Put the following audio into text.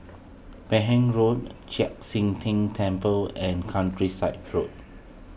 Road Chek Sian Tng Temple and Countryside Road